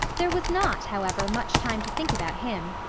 there was not, however, much time to think about him.